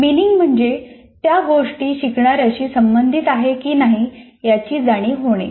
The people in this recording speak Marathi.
मिनिंग म्हणजे त्या गोष्टी शिकणार्याशी संबंधित आहेत की नाही याची जाणीव होणे